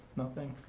nothing?